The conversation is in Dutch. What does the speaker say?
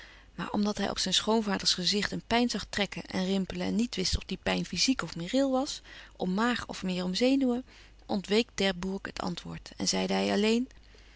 maar omdat hij op zijn schoonvaders gezicht een pijn zag trekken en rimpelen en niet wist of die pijn fyziek of moreel was om maag of meer om zenuwen ontweek d'herbourg het antwoord en zeide hij alleen